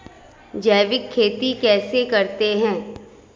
जैविक खेती कैसे करते हैं?